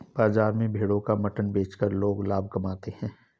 बाजार में भेड़ों का मटन बेचकर लोग लाभ कमाते है